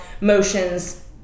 motions